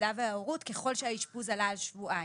הלידה וההורות ככל שהאשפוז עולה על שבועיים.